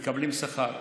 הם מקבלים שכר.